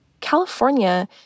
California